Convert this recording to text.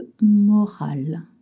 moral